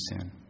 sin